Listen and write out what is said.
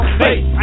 face